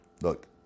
Look